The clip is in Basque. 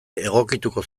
egokituko